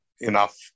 enough